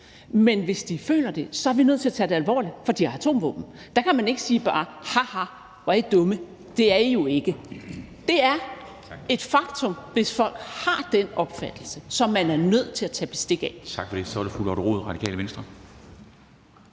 men hvis de føler det, er vi nødt til at tage det alvorligt, for de har atomvåben. Der kan man ikke bare sige: Ha, ha, hvor er I dumme; det er I jo ikke. Det er et faktum, hvis folk har den opfattelse, som man er nødt til at tage bestik af.